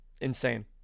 insane